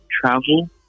travel